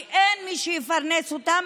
כי אין מי שיפרנס אותם,